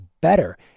better